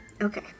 Okay